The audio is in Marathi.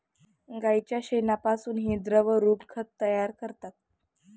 गाईच्या शेणापासूनही द्रवरूप खत तयार करतात